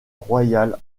royal